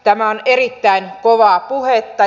tämä on erittäin kovaa puhetta